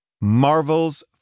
Marvel's